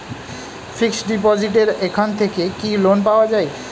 Fix ডিপোজিটের এখান থেকে কি লোন পাওয়া যায়?